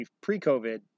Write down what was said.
pre-COVID